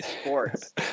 sports